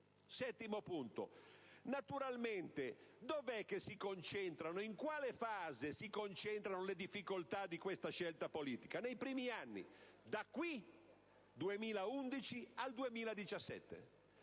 Settimo punto. Naturalmente, in quale fase si concentrano le difficoltà di questa scelta politica? Nei primi anni, dal 2011 al 2017,